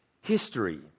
History